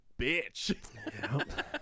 bitch